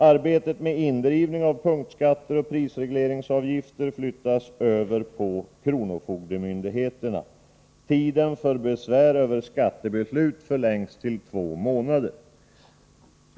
Arbetet med indrivning av punktskatter och prisregleringsavgifter flyttas över på kronofogdemyndigheterna. Tiden för besvär över skattebeslut förlängs till två månader.